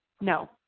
no